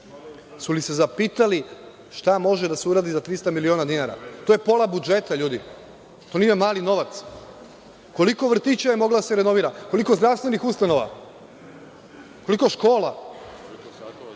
li su se zapitali šta može da se uradi za 300 miliona dinara? To je pola budžeta, ljudi. To nije mali novac. Koliko vrtića je moglo da se renovira? Koliko zdravstvenih ustanova? Koliko škola?